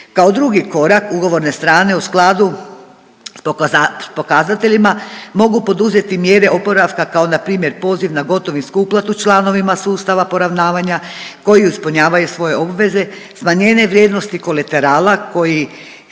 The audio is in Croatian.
Kao drugi korak, ugovorne strane u skladu s pokazateljima mogu poduzeti mjere oporavka kao npr. poziv na gotovinsku uplatu članovima sustava poravnavanja koji ispunjavaju svoje obveze, smanjenje vrijednosti koleterala koji